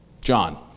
John